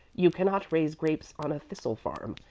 you cannot raise grapes on a thistle farm.